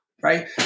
Right